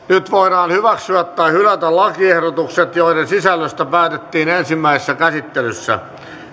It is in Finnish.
nyt voidaan hyväksyä tai hylätä lakiehdotukset joiden sisällöstä päätettiin ensimmäisessä käsittelyssä